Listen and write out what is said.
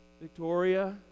Victoria